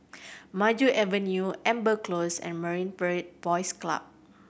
Maju Avenue Amber Close and Marine Parade Boys Club